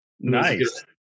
Nice